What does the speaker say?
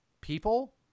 people